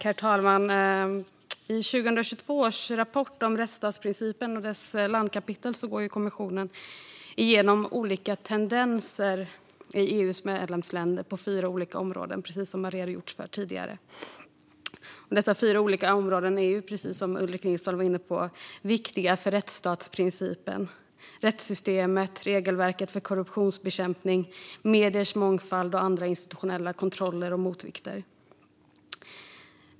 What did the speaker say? Herr talman! I 2022 års rapport om rättsstatsprincipen och dess landskapitel går kommissionen igenom olika tendenser i EU:s medlemsländer på fyra olika områden, precis som har redogjorts för här. Som Ulrik Nilsson var inne på är dessa fyra olika områden viktiga för rättsstatsprincipen. Det gäller rättssystemet, regelverket för korruptionsbekämpning, mediernas mångfald och andra institutionella kontroller och motvikter.